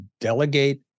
delegate